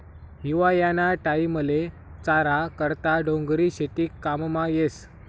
हिवायाना टाईमले चारा करता डोंगरी शेती काममा येस